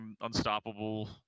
unstoppable